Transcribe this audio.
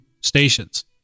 stations